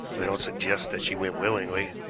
i don't suggest that she went willingly,